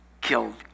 killed